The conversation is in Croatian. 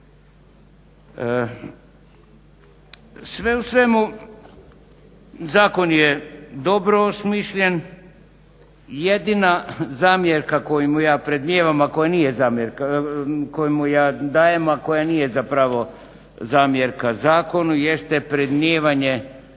Sve u svemu zakon je dobro osmišljen, jedina zamjerka koju mu ja predmnijevam a koja nije zamjerka koju ja dajem